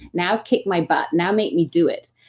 now, kick my butt. now, make me do it.